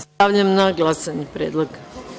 Stavljam na glasanje predlog.